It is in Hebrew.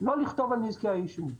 לא לכתוב על נזקי העישון.